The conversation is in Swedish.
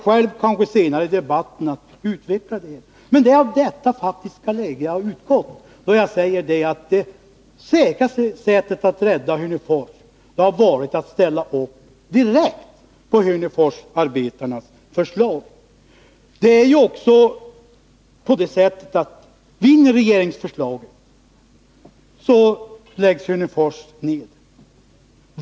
Det säkraste sättet att rädda Hörnefors hade alltså varit att ställa upp direkt på Hörneforsarbetarnas förslag. Vinner regeringsförslaget läggs Hörnefors ned.